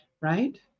right